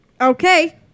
Okay